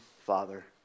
Father